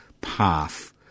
path